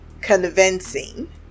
convincing